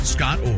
Scott